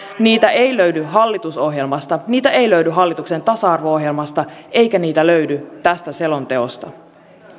niitä ei löydy hallitusohjelmasta niitä ei löydy hallituksen tasa arvo ohjelmasta eikä niitä löydy tästä selonteosta